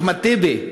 אחמד טיבי,